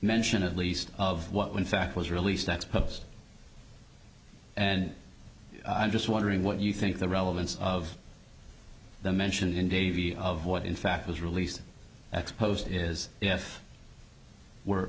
mention at least of what when fact was released ex post and i'm just wondering what you think the relevance of the mention in davy of what in fact was released ex post is death we're